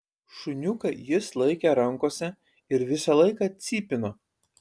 šuniuką jis laikė rankose ir visą laiką cypino